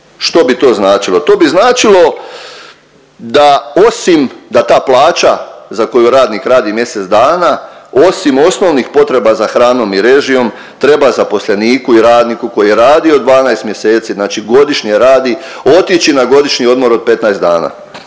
Što bi to značilo? To bi značilo da osim da ta plaća za koju radnik radi mjesec dana, osim osnovnih potreba za hranom i režijom, treba zaposleniku i radniku koji je radio 12 mjeseci, znači godišnje radi otići na godišnji odmor od 15 dana.